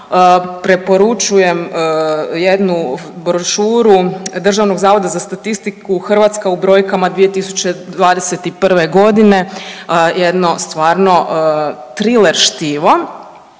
Preporučujem jednu brošuru Državnog zavoda za statistiku, Hrvatska u brojkama 2021. g., jedno stvarno triler štivo.